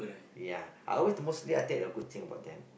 ya I always the mostly the good thing about them